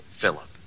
Philip